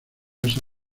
esa